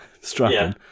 Strapping